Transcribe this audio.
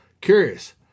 Curious